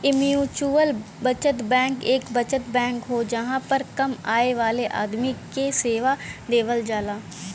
mutual बचत bank एक बचत बैंक हो जहां पर कम आय वाले आदमी के सेवा देवल जाला